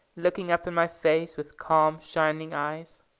looking up in my face with calm shining eyes.